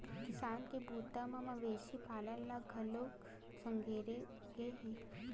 किसानी के बूता म मवेशी पालन ल घलोक संघेरे गे हे